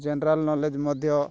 general knowledge ମଧ୍ୟ